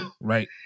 Right